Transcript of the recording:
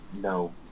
No